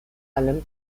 allem